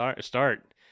start